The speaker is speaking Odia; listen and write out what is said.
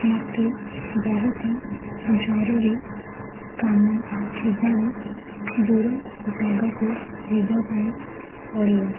ମୋତେ ବହୁତ ଜରୁରୀ କାମ ଥିବାରୁ ଦୂର ଜାଗାକୁ ଯିବା ପାଇଁ ପଡ଼ିବ